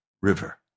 River